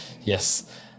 Yes